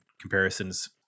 comparisons